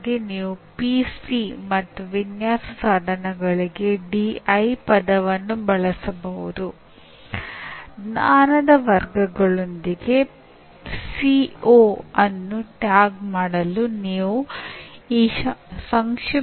1940ರ ದಶಕದಲ್ಲಿ ಮೆದುಳಿನಲ್ಲಿ ಏನು ನಡೆಯುತ್ತಿದೆ ಎಂಬುದನ್ನು ಸ್ವಲ್ಪ ಮಟ್ಟಿಗೆ ಅರ್ಥಮಾಡಿಕೊಳ್ಳಲಾಗಿತ್ತು